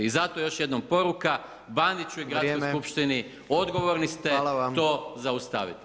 I zato još jednom poruka Bandiću i Gradskoj skupštini, [[Upadica Jandroković: Vrijeme, hvala vam.]] odgovorni ste to zaustaviti.